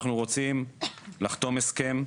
אנחנו רוצים לחתום הסכם,